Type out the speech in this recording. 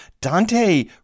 Dante